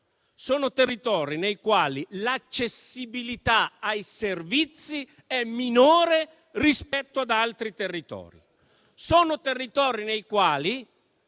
Sono territori nei quali l'accessibilità ai servizi è minore rispetto ad altri territori. E ancora: sono territori nei quali